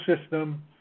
system